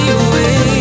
away